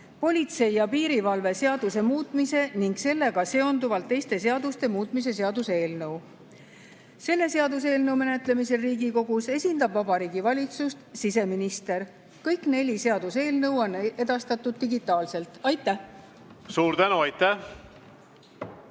politsei ja piirivalve seaduse muutmise ning sellega seonduvalt teiste seaduste muutmise seaduse eelnõu. Selle seaduseelnõu menetlemisel Riigikogus esindab Vabariigi Valitsust siseminister. Kõik neli seaduseelnõu on edastatud digitaalselt. Aitäh! Austatud